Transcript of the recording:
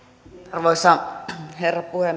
arvoisa herra